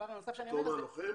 לוחם?